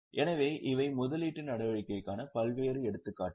எனவே இவை முதலீட்டு நடவடிக்கைக்கான பல்வேறு எடுத்துக்காட்டுகள்